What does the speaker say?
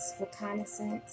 reconnaissance